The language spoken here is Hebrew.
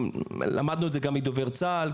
למדנו את זה גם מדובר צה"ל,